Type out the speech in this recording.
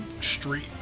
street